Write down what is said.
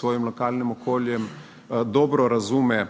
svojim lokalnim okoljem, dobro razume,